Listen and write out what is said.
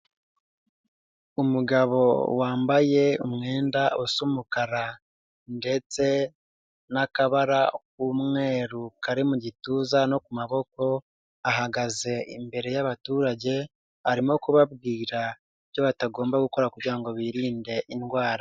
Umugabo wambaye umwenda usa umukara ndetse n'akabara k'umweru kari mu gituza no ku maboko, ahagaze imbere y'abaturage arimo kubabwira ibyo batagomba gukora kugira ngo birinde indwara.